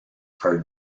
are